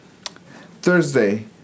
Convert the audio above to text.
Thursday